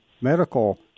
medical